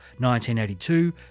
1982